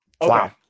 Wow